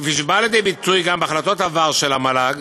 כפי שבא לידי ביטוי גם בהחלטות עבר של המל"ג,